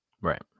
Right